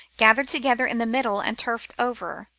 gathered together in the middle and turfed over.